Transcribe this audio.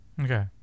Okay